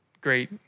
great